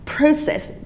process